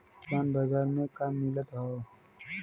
किसान बाजार मे का मिलत हव?